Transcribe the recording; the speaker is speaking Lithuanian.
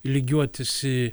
lygiuotis į